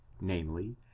namely